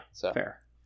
fair